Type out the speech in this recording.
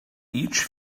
each